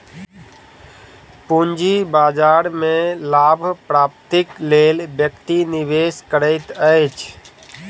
पूंजी बाजार में लाभ प्राप्तिक लेल व्यक्ति निवेश करैत अछि